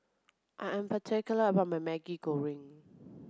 I am particular about my Maggi Goreng